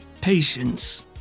patience